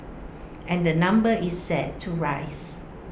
and the number is set to rise